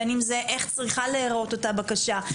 בין אם זה איך צריכה להראות אותה בקשה,